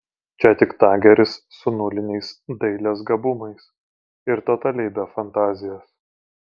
čia tik tageris su nuliniais dailės gabumais ir totaliai be fantazijos